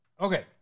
Okay